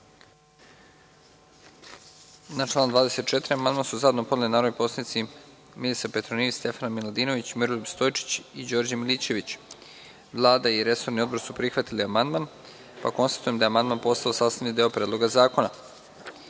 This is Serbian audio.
Na član 24. amandman su zajedno podneli narodni poslanici Milisav Petronijević, Stefana Miladinović, Miroljub Stojčić i Đorđe Milićević. Vlada i resorni odbor su prihvatili amandman, pa konstatujem da je amandman postao sastavni deo Predloga zakona. Na